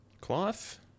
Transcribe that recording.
cloth